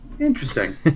Interesting